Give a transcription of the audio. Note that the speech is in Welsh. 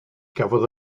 gafodd